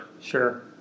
sure